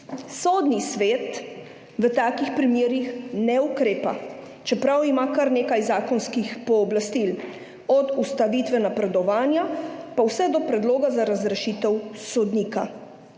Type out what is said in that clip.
Sodni svet v takih primerih ne ukrepa, čeprav ima kar nekaj zakonskih pooblastil, od ustavitve napredovanja pa vse do predloga za razrešitev sodnika.